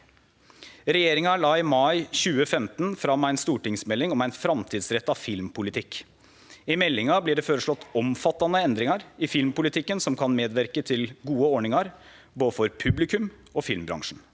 Regjeringa la i mai 2015 fram ei stortingsmelding om ein framtidsretta filmpolitikk. I meldinga blir det føreslått omfattande endringar i filmpolitikken som kan medverke til gode ordningar både for publikum og for filmbransjen.